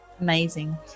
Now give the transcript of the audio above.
Amazing